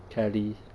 kelly